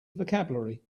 vocabulary